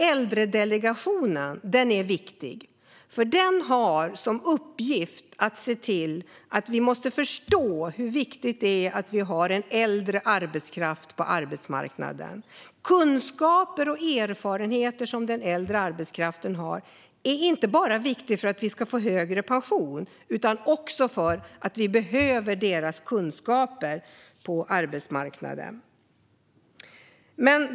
Äldredelegationen är viktig, för den har som uppgift att se till att vi förstår hur viktigt det är att vi har en äldre arbetskraft på arbetsmarknaden. Kunskaper och erfarenheter som den äldre arbetskraften har är inte bara viktiga för att vi ska få högre pension utan också för att vi behöver de äldres kunskaper på arbetsmarknaden. Herr talman!